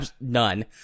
none